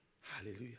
Hallelujah